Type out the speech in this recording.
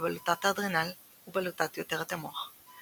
בבלוטות האדרנל ובלוטת יותרת המוח,